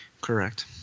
Correct